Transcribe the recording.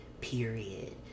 period